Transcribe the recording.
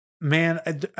man